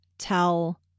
tell